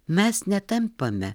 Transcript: mes netampame